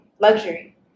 luxury